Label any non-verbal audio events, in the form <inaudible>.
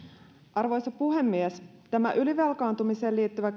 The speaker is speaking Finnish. arvoisa puhemies tämä ylivelkaantumiseen liittyvä <unintelligible>